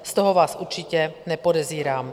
Z toho vás určitě nepodezírám.